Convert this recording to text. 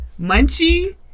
Munchie